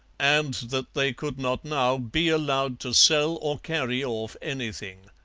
and that they could not now be allowed to sell or carry off anything